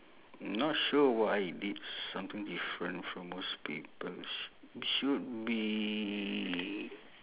not sure what I did something different from most people sh~ should be